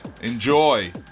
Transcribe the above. Enjoy